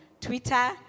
Twitter